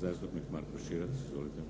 **Šeks, Vladimir